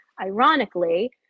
ironically